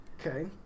Okay